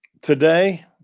Today